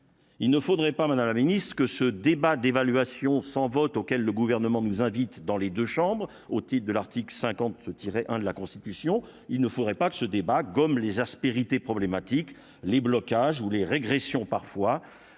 Il ne faudrait pas Madame la Ministre, que ce débat d'évaluation sans vote auquel le gouvernement nous invite dans les 2 chambres au titre de l'article 50 se tirer 1 de la Constitution, il ne faudrait pas que ce débat gomme les aspérités problématique : les blocages ou les régressions parfois